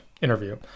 interview